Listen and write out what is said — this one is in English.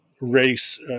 race